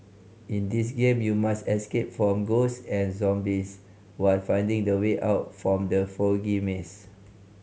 in this game you must escape from ghosts and zombies while finding the way out from the foggy maze